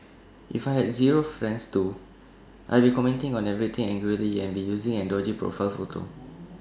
if I had zero friends too I'd be commenting on everything angrily and be using an dodgy profile photo